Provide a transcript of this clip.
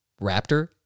raptor